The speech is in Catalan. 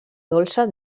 dolça